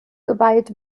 geweiht